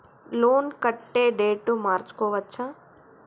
Loan కట్టే date మార్చుకోవచ్చా?